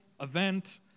event